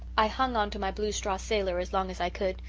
i hung on to my blue straw sailor as long as i could.